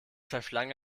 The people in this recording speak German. verschlang